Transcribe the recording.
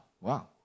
wow